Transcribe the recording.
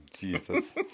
Jesus